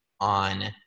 on